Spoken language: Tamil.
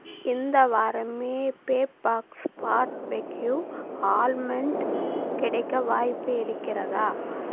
இந்த வாரம் ஃபேப்பாக்ஸ் பார்பெக்யூ ஆல்மண்ட் கிடைக்க வாய்ப்பு இருக்கிறதா